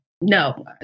No